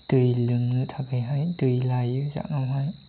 दै लोंनो थाखायहाय दै लायो जानायावहाय